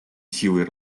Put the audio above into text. силой